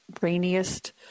rainiest